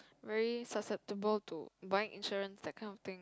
very susceptible to buy insurance that kind of thing